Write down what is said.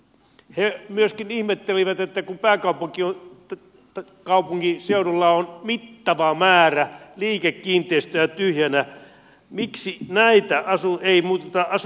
he myöskin ihmettelivät että kun pääkaupunkiseudulla on mittava määrä liikekiinteistöjä tyhjinä miksi näitä ei muuteta asuntokäyttöön